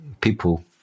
people